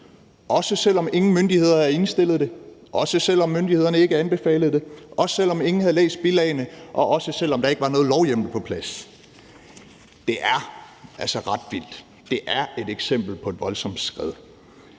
også selv om ingen myndigheder indstillede det, også selv om myndighederne ikke anbefalede det, også selv om ingen havde læst bilagene, og også selv om der ikke var nogen lovhjemmel på plads. Det er altså ret vildt, det er et eksempel på et voldsomt skred.